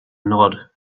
nod